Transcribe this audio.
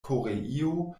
koreio